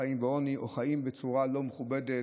חיים בעוני או חיים בצורה לא מכובדת,